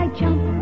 jump